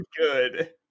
good